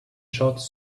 shots